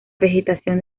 vegetación